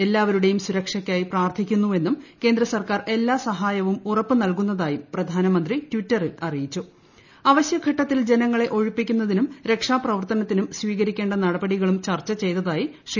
എല്ലാവരുടെയും സുരക്ഷയ്ക്കായി പ്രാർത്ഥിക്കുന്നുവെന്നും കേന്ദ്ര സർക്കാർ എല്ലാ സഹായവും ഉറപ്പ് നൽകുന്നതായും പ്രധാനമന്ത്രി ടിറ്ററിൽ അറിയിച്ചു അവശ്യഘട്ടത്തിൽ ജനങ്ങളെ ഒഴിപ്പിക്കുന്നതിനും രക്ഷാപ്രവർത്തനത്തിനും സ്വീകരിക്കേണ്ട നടപടികളും ചർച്ച ചെയ്തതായി ശ്രീ